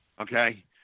okay